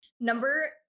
Number